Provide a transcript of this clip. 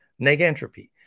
negentropy